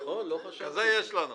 נכון, לא חשבתי על זה.